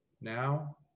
Now